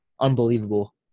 unbelievable